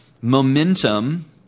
Momentum